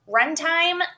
Runtime